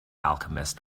alchemist